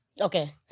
Okay